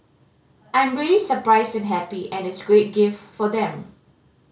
I'm really surprised and happy and it's a great gift for them